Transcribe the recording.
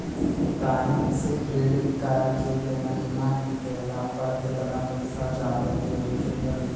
Time से credit card के payment ना कैला पर केतना पईसा जादे देवे के पड़ी?